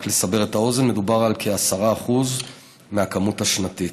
רק לסבר את האוזן, מדובר על כ-10% מהכמות השנתית.